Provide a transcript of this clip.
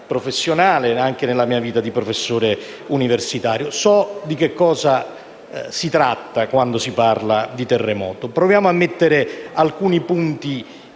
So quindi di cosa si tratta quando si parla di terremoto. Proviamo a mettere alcuni punti in linea,